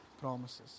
promises